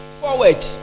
forward